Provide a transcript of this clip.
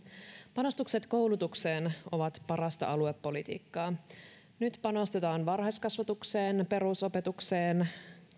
panostukset koulutukseen ovat parasta aluepolitiikkaa nyt panostetaan varhaiskasvatukseen perusopetukseen